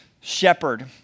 Shepherd